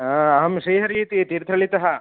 अहं श्रीहरिः इति तीर्थहल्लितः